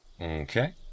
Okay